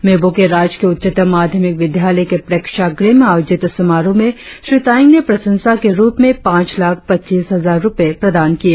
मेबो के राजकीय उच्चतर माध्यमिक विद्यालय के प्रेक्षागृह में आयोजित समारोह में श्री तायेंग ने प्रशंसा के रुप में पांच लाख पच्चीस हजार रुपए प्रदान किए